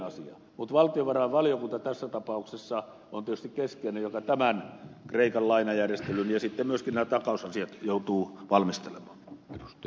mutta valtiovarainvaliokunta tässä tapauksessa on tietysti keskeinen joka tämän kreikan lainajärjestelyn ja sitten myöskin nämä takausasiat joutuu valmistelemaan